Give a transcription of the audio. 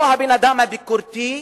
או הבן-אדם הביקורתי,